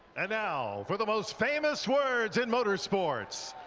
and now, for the most famous words and motorsports,